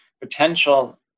potential